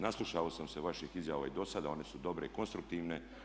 Naslušao sam se vaših izjava i dosada, one su dobre i konstruktivne.